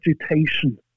agitation